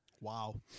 Wow